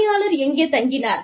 பணியாளர் எங்கே தங்கினார்